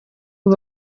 ubu